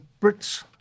Brits